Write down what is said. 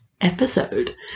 episode